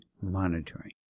monitoring